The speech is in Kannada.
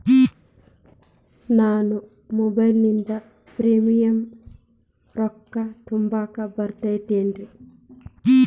ನಾನು ಮೊಬೈಲಿನಿಂದ್ ಪ್ರೇಮಿಯಂ ರೊಕ್ಕಾ ತುಂಬಾಕ್ ಬರತೈತೇನ್ರೇ?